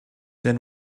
then